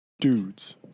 Dudes